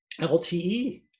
LTE